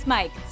Mike